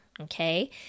Okay